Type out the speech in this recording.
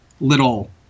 little